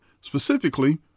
Specifically